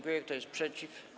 Kto jest przeciw?